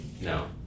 No